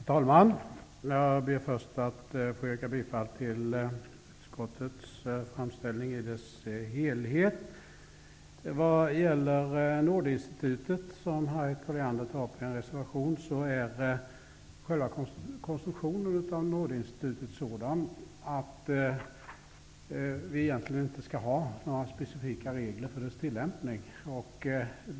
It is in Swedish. Herr talman! Jag ber först att få yrka bifall till utskottets hemställan i dess helhet. Vad gäller nådeinstitutet, som Harriet Colliander tar upp i en reservation, är själva konstruktionen sådan att vi egentligen inte kan ha några specifika regler för nådeinstitutets tillämpning.